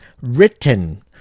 written